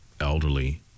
elderly